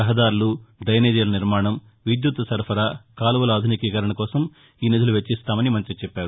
రహదారులు డైనేజీల నిర్మాణం విద్యుత్తు సరఫరా కాలువల ఆధునికీకరణ కోసం ఈ నిధులు వెచ్చిస్తామని మంత్రి చెప్పారు